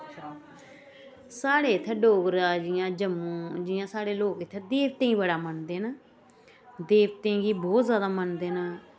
साढ़े इ'त्थें डोगरा जि'यां जम्मू जि'यां साढ़े लोग इ'त्थें देवतें ई बड़ा मनदे न देवतें गी बहोत जादा मनदे न